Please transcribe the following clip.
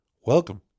Welcome